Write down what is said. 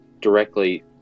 directly